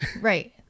Right